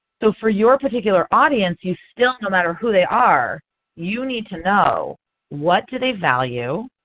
so for your particular audience you still no matter who they are you need to know what do they value?